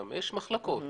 יש מחלקות,